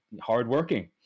hardworking